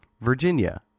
Virginia